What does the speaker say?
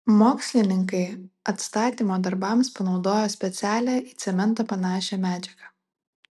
mokslininkai atstatymo darbams panaudojo specialią į cementą panašią medžiagą